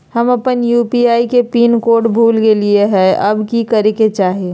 हम अपन यू.पी.आई के पिन कोड भूल गेलिये हई, अब की करे के चाही?